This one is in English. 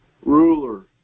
ruler